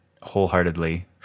wholeheartedly